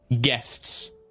guests